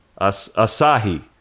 Asahi